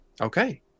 Okay